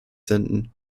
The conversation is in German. senden